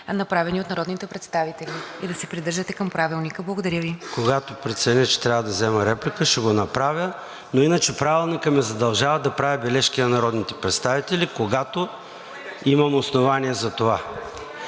направени от народните представители, и да се придържате към Правилника. Благодаря Ви. ПРЕДСЕДАТЕЛ ЙОРДАН ЦОНЕВ: Когато преценя, че трябва да взема реплика, ще го направя. Иначе Правилникът ме задължава да правя бележки на народните представители, когато имам основание за това.